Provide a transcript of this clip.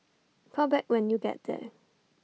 call back when you get there